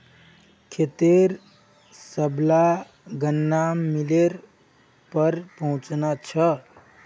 खेतेर सबला गन्ना मिलेर पर पहुंचना छ